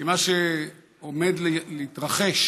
כי מה שעומד להתרחש